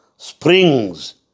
Springs